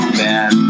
bad